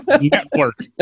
network